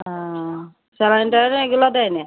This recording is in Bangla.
হ্যাঁ স্যালাইন ট্যালাইন এইগুলো দেয় না